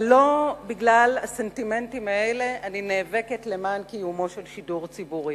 אבל לא בגלל הסנטימנטים האלה אני נאבקת למען קיומו של שידור ציבורי,